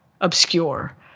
obscure